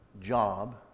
job